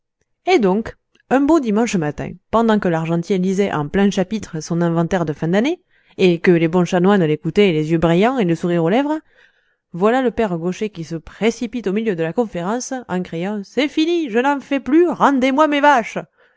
et donc un beau dimanche matin pendant que l'argentier lisait en plein chapitre son inventaire de fin d'année et que les bons chanoines l'écoutaient les yeux brillants et le sourire aux lèvres voilà le père gaucher qui se précipite au milieu de la conférence en criant c'est fini je n'en fais plus rendez-moi mes vaches